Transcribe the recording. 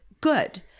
good